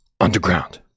Underground